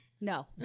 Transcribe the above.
no